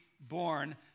born